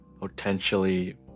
potentially